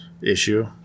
issue